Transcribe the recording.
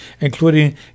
including